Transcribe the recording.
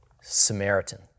Samaritan